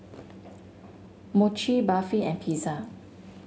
Mochi Barfi and Pizza